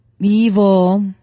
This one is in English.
Evil